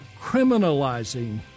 criminalizing